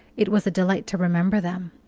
it was a delight to remember them.